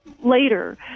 later